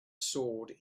sword